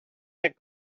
that